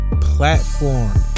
platform